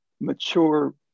mature